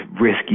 risky